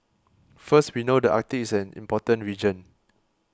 first we know the Arctic is an important region